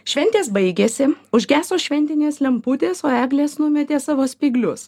šventės baigėsi užgeso šventinės lemputės o eglės numetė savo spyglius